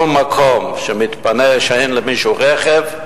כל מקום שמתפנה, כי אין למישהו רכב,